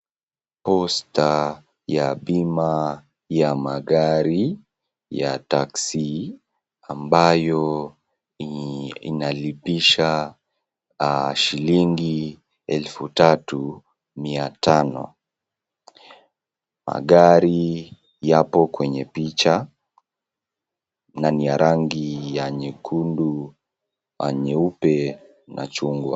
Posta ya bima ya magari ya Taxi ambayo inalipisha shilingi elfu tatu mia tano. Magari yapo kwenye picha na ni ya rangi ya nyekundu, nyeupe na chungwa.